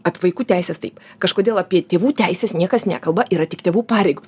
apie vaikų teises taip kažkodėl apie tėvų teises niekas nekalba yra tik tėvų pareigos